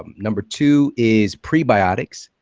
number two is prebiotics.